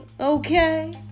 Okay